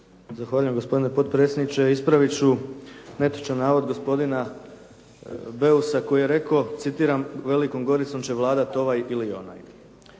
Zahvaljujem gospodine potpredsjedniče. Ispravit ću netočan navod gospodina Beusa koji je rekao, citiram: “Velikom Goricom će vladati ovaj ili onaj.“